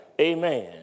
Amen